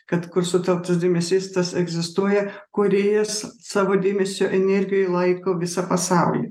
kad kur sutelktas dėmesys tas egzistuoja kūrėjas savo dėmesio energijoj laiko visą pasaulį